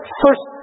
first